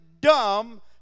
dumb